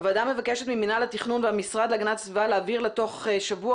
הוועדה מבקשת ממינהל התכנון והמשרד להגנת הסביבה להעביר לה תוך שבוע